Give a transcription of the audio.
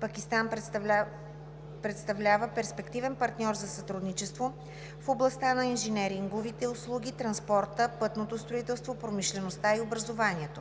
Пакистан представлява перспективен партньор за сътрудничество в областта на инженеринговите услуги, транспорта, пътното строителство, промишлеността и образованието.